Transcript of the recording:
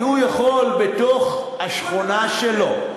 כי הוא יכול בתוך השכונה שלו,